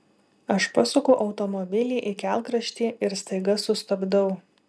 aš pasuku automobilį į kelkraštį ir staiga sustabdau